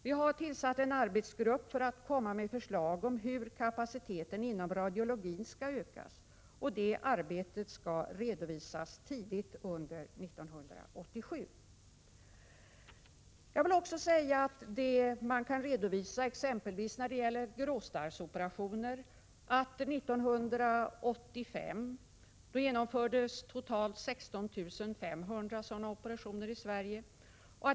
Vi har tillsatt en arbetsgrupp som skall lägga fram förslag om hur kapaciteten inom radiologin skall ökas. Det arbetet skall redovisas tidigt under 1987. När det gäller gråstarrsoperationer kan jag redovisa att det 1985 genomfördes totalt 16 500 sådana operationer i Sverige.